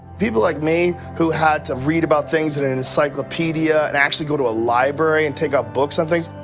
people like me, who had to read about things in an encyclopedia, and actually go to a library, and take out books on things.